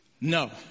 No